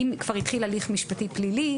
אם כבר התחיל הליך משפטי פלילי,